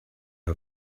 her